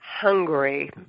Hungry